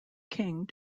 king